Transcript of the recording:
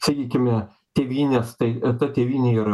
sakykime tėvynės tai ta tėvynė yra